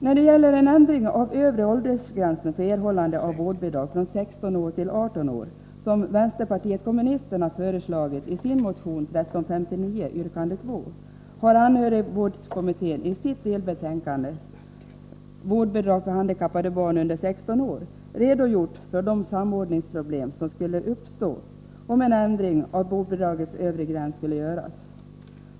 När det gäller en ändring av övre åldersgränsen för erhållande av vårdbidrag från 16 år till 18 år, som vänsterpartiet kommunisterna föreslagit i sin motion 1359 yrkande 2, har anhörigvårdskommittén i sitt delbetänkande Vårdbidrag för handikappade barn under 16 år redogjort för de samordningsproblem som skulle uppstå om en ändring av vårdbidragets övre gräns skulle göras.